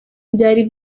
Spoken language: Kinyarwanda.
byari